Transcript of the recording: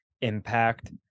impact